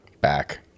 back